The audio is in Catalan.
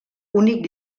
únic